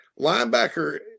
linebacker